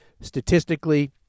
Statistically